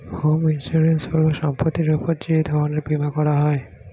home insurance হল সম্পত্তির উপর যে ধরনের বীমা করা হয়